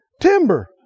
Timber